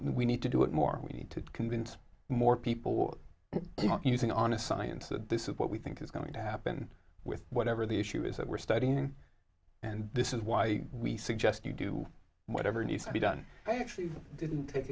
we need to do it more we need to convince more people using on a science that this is what we think is going to happen with whatever the issue is that we're studying and this is why we suggest you do whatever needs to be done i actually didn't take